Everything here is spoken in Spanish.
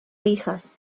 hijas